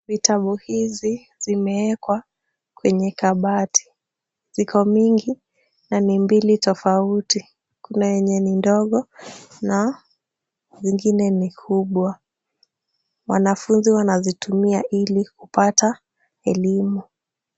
Vitabu hizi zimewekwa kwenye kabati. Ziko mingi na ni mbili tofauti. Kuna yenye ni ndogo na vingine ni kubwa. Wanafunzi wanazitumia ili kupata elimu.